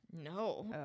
no